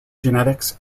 genetics